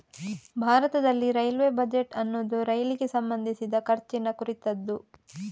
ಭಾರತದಲ್ಲಿ railway budget ಅನ್ನುದು ರೈಲಿಗೆ ಸಂಬಂಧಿಸಿದ ಖರ್ಚಿನ ಕುರಿತದ್ದು